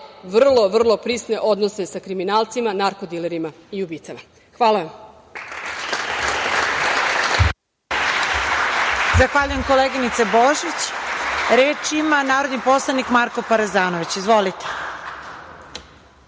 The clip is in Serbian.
vrlo, vrlo prisne odnose sa kriminalcima, narko-dilerima i ubicama. Hvala vam.